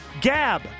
Gab